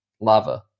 lava